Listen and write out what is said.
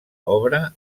obra